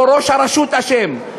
או ראש הרשות אשם,